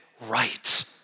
right